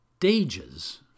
DAGES